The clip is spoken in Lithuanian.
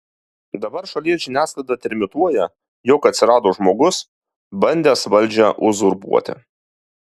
dabar šalies žiniasklaida trimituoja jog atsirado žmogus bandęs valdžią uzurpuoti